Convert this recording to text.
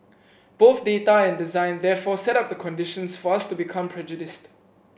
both data and design therefore set up the conditions for us to become prejudiced